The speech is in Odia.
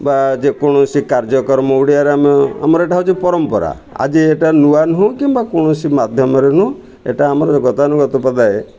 ବା ଯେକୌଣସି କାର୍ଯ୍ୟକ୍ରମ ଓଡ଼ିଆରେ ଆମେ ଆମର ଏଇଟା ହେଉଛି ପରମ୍ପରା ଆଜି ଏଇଟା ନୂଆ ନୁହଁ କିମ୍ବା କୌଣସି ମାଧ୍ୟମରେ ନୁହଁ ଏଇଟା ଆମର ଗତାନୁଗତପାଦାଏ